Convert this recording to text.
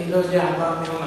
אני לא יודע על מה המהומה.